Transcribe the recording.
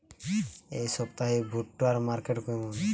এই সপ্তাহে ভুট্টার মার্কেট কেমন?